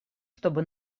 чтобы